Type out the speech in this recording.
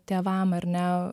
tėvam ar ne